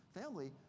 family